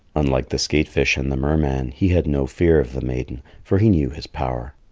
unlike the skate-fish and the merman, he had no fear of the maiden, for he knew his power.